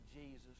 jesus